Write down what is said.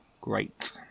great